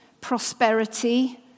prosperity